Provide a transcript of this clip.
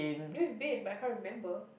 we've been but I can't remember